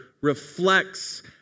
reflects